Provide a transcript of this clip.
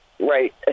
right